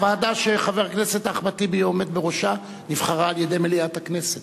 הוועדה שחבר הכנסת אחמד טיבי עומד בראשה נבחרה על-ידי מליאת הכנסת.